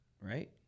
right